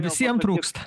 visiem trūksta